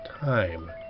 time